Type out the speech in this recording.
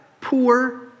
poor